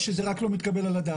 או שזה רק לא מתקבל על הדעת.